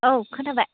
औ खोनाबाय